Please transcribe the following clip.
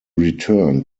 returned